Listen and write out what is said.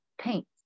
paint